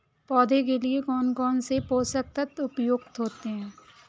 पौधे के लिए कौन कौन से पोषक तत्व उपयुक्त होते हैं?